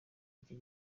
icyo